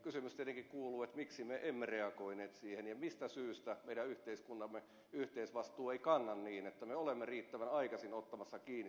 kysymys tietenkin kuuluu miksi me emme reagoineet siihen ja mistä syystä meidän yhteiskuntamme yhteisvastuu ei kanna niin että me olemme riittävän aikaisin ottamassa kiinni sen ongelman